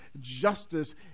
justice